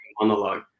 monologue